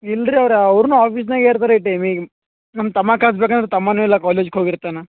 ಇಲ್ರಿ ಅವರ ಅವ್ರು ಆಫೀಸ್ನಲ್ಲಿ ಇರ್ತಾರೆ ಈ ಟೈಮಿಗೆ ನಮ್ಮ ತಮ್ಮ ಕಳ್ಸ ಬೇಕಂದ್ರೆ ತಮ್ಮ ಇಲ್ಲ ಕಾಲೇಜಿಗೆ ಹೋಗಿರ್ತಾನೆ